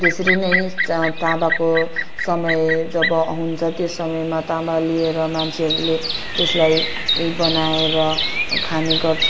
त्यसरी नै तामाको समय जब आउँछ त्यो समयमा तामा लिएर मान्छेहरूले त्यसलाई बनाएर खाने गर्छ